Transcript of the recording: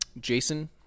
Jason